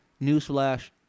Newsflash